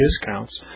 discounts